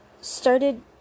started